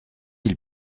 ils